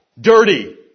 Dirty